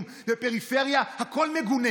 אתה תעשה את זה.